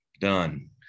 Done